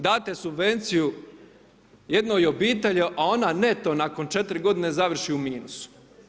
Date subvenciju jednoj obitelji a ona neto nakon 4 godine završi u minusu.